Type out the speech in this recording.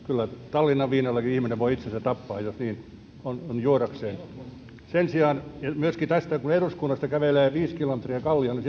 tallinnan viinallakin ihminen voi itsensä tappaa jos niin on juodakseen myöskin tästä kun eduskunnasta kävelee viisi kilometriä kallioon